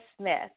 Smith